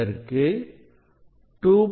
அதற்கு 2